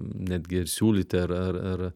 netgi ir siūlyti ar ar ar